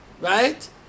right